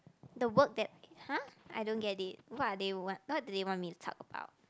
the work that !huh! I don't get it what are they want what do they want me to talk about